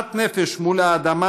שאט נפש מול האדמה